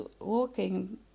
walking